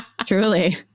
Truly